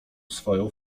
swoją